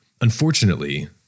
Unfortunately